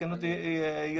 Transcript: יתקן אותי יתיר,